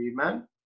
Amen